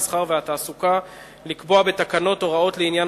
המסחר והתעסוקה לקבוע בתקנות הוראות לעניין